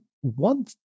one